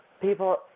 People